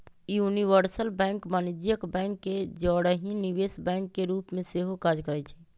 universal bank वाणिज्यिक bank के जौरही निवेश बैंक के रूप में सेहो काज करइ छै